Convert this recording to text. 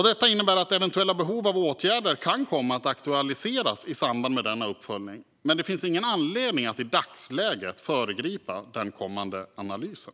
Det innebär att eventuella åtgärder kan komma att aktualiseras i samband med denna uppföljning, men det finns ingen anledning att i dagsläget föregripa den kommande analysen.